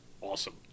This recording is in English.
awesome